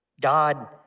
God